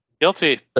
Guilty